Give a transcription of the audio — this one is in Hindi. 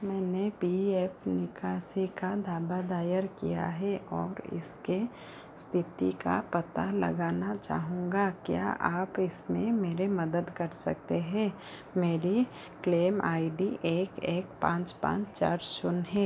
मैंने पी एफ निकासी का दावा दायर किया है और इसके स्थिति का पता लगाना चाहूँगा क्या आप इसमें मेरी मदद कर सकते है मेरी क्लेम आई डी एक एक पाँच पाँच चार शुन्य है